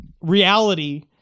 reality